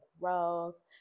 growth